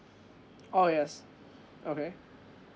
oh yes okay